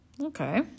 Okay